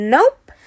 Nope